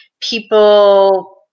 people